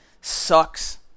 sucks